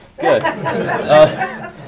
Good